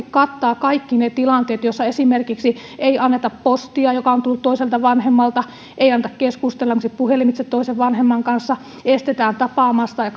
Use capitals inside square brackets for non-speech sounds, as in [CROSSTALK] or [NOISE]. [UNINTELLIGIBLE] kattaa kaikki ne tilanteet joissa esimerkiksi ei anneta postia joka on tullut toiselta vanhemmalta ei anneta keskustella esimerkiksi puhelimitse toisen vanhemman kanssa estetään tapaamasta ja [UNINTELLIGIBLE]